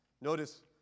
Notice